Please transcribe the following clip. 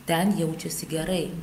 ten jaučiasi gerai